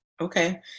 Okay